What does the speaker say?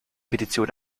petition